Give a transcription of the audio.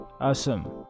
awesome